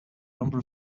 number